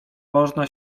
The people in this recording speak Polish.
można